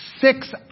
Six